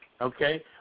Okay